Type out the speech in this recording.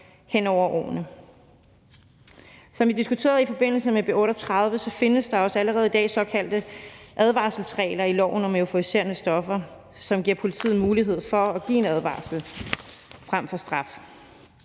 hen over årene. Som vi diskuterede i forbindelse med B 38, findes der også allerede i dag bestemmelser om såkaldte advarselssignaler i loven om euforiserende stoffer, som giver politiet mulighed for at give en advarsel frem for straf.